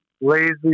lazy